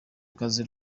akazi